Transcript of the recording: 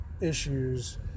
issues